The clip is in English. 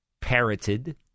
parroted